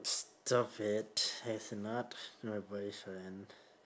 stop it he's not my boyfriend